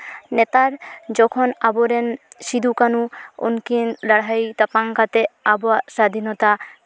ᱱᱮᱛᱟᱨ ᱡᱚᱠᱷᱚᱱ ᱟᱵᱚᱨᱮᱱ ᱥᱤᱫᱩ ᱠᱟᱹᱱᱩ ᱩᱱᱠᱤᱱ ᱞᱟᱹᱲᱦᱟᱹᱭ ᱛᱟᱯᱟᱝ ᱠᱟᱛᱮᱫ ᱟᱵᱚᱣᱟᱜ ᱥᱟᱫᱷᱤᱱᱚᱛᱟ